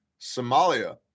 Somalia